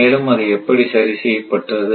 மேலும் அது எப்படி சரி செய்யப்பட்டது